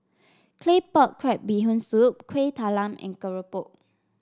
Claypot Crab Bee Hoon Soup Kueh Talam and keropok